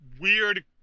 weird